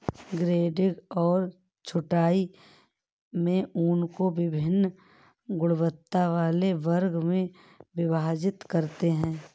grading और छँटाई में ऊन को वभिन्न गुणवत्ता वाले वर्गों में विभाजित करते हैं